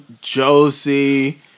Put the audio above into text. Josie